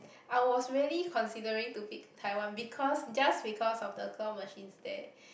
I was really considering to pick Taiwan because just because of the claw machines there